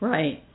Right